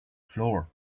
floor